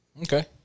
Okay